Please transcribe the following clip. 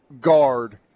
guard